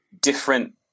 different